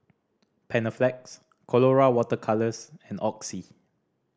Panaflex Colora Water Colours and Oxy